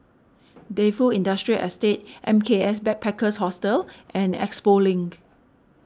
Defu Industrial Estate M K S Backpackers Hostel and Expo Link